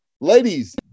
Ladies